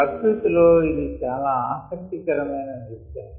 ప్రక్రుతి లో ఇది చాలా ఆసక్తి కరమయిన విషయం